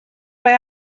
mae